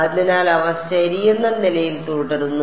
അതിനാൽ അവ ശരിയെന്ന നിലയിൽ തുടരുന്നു